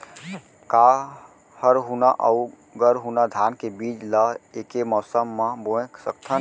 का हरहुना अऊ गरहुना धान के बीज ला ऐके मौसम मा बोए सकथन?